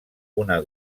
una